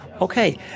Okay